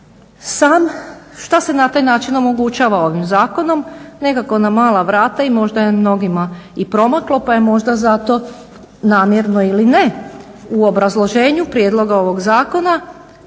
Šta se na taj način omogućava ovim zakonom? Nekako na mala vrata i možda je mnogima i promaklo pa je možda zato namjerno ili ne u obrazloženju prijedloga ovog zakona